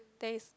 there is